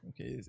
Okay